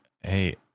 Hey